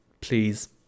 please